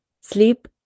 sleep